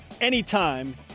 anytime